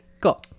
Go